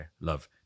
love